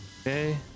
Okay